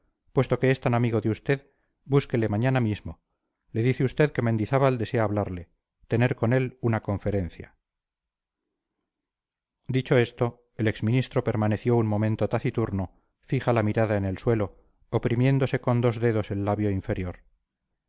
puesto que es tan amigo de usted búsquele mañana mismo le dice usted que mendizábal desea hablarle tener con él una conferencia dicho esto el ex ministro permaneció un momento taciturno fija la mirada en el suelo oprimiéndose con dos dedos el labio inferior